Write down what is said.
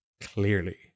clearly